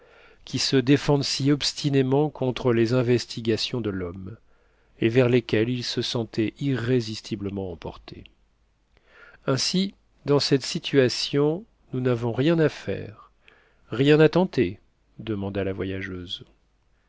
qui se défendent si obstinément contre les investigations de l'homme et vers lesquelles ils se sentaient irrésistiblement emportés ainsi dans cette situation nous n'avons rien à faire rien à tenter demanda la voyageuse